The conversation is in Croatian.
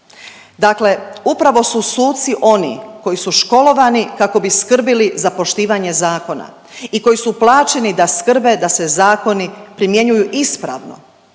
Dakle upravo su suci oni koji su školovani kako bi skrbili za poštivanje zakona i koji su plaćeni da skrbe da se zakoni primjenjuju ispravno